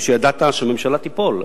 כשידעת שהממשלה תיפול,